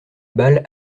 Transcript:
balles